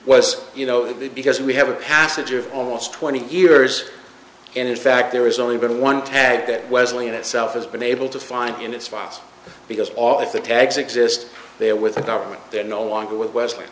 was you know the because we have a passage of almost twenty years and in fact there is only been one ted at wesleyan itself has been able to find in its files because all if the tags exist there with the government they're no longer with wes